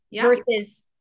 versus